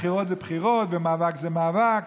בחירות זה בחירות ומאבק זה מאבק,